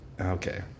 okay